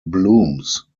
blooms